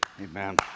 Amen